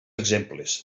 exemples